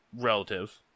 relative